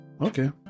okay